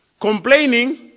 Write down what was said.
Complaining